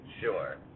Sure